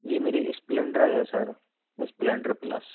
जी मेरी स्प्लेंडरा है sir Splendor plus